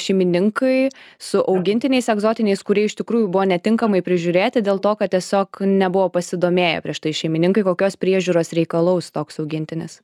šeimininkai su augintiniais egzotiniais kurie iš tikrųjų buvo netinkamai prižiūrėti dėl to kad tiesiog nebuvo pasidomėję prieš tai šeimininkai kokios priežiūros reikalaus toks augintinis